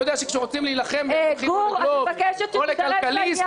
גור, תידרש לעניין הזה.